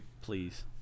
Please